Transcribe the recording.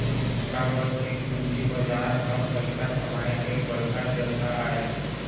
काबर के पूंजी बजार ह पइसा कमाए के बड़का जघा आय